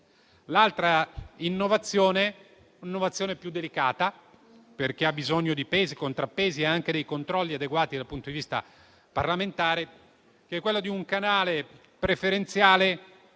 L'altra innovazione è più delicata, perché ha bisogno di pesi, contrappesi e anche di controlli adeguati dal punto di vista parlamentare: è quella di un canale preferenziale